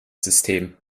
system